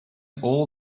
all